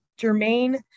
Jermaine